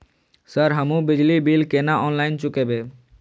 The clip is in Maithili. सर हमू बिजली बील केना ऑनलाईन चुकेबे?